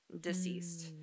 deceased